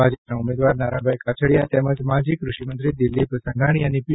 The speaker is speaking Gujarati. ભાજપના ઉમેદવાર નારણભાઈ કાછડિયા તેમજ માજી કૃષિમંત્રી દિલીપ સંઘાણી અને પી